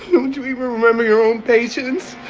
don't you even remember your own patients.